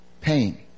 pain